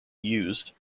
used